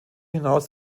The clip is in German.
hinaus